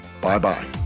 bye-bye